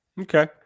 okay